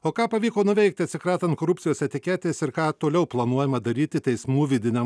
o ką pavyko nuveikti atsikratant korupcijos etiketės ir ką toliau planuojama daryti teismų vidiniam